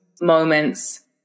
moments